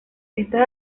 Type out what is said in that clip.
estas